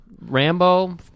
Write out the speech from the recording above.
Rambo